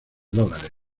dólares